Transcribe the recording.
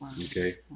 okay